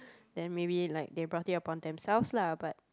then maybe like they brought it upon themselves lah but